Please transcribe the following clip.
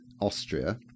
Austria